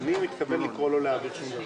אני מתכוון לקרוא לא להעביר שום דבר.